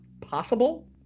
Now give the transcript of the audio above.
possible